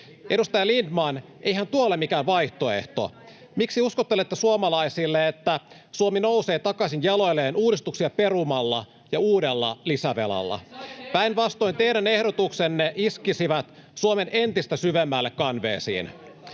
Edustaja Lindtman, eihän tuo ole mikään vaihtoehto. Miksi uskottelette suomalaisille, että Suomi nousee takaisin jaloilleen uudistuksia perumalla ja uudella lisävelalla? [Timo Harakka: Saitte ennätystyöllisyyden!] Päinvastoin, teidän ehdotuksenne iskisivät Suomen entistä syvemmälle kanveesiin.